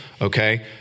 okay